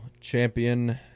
champion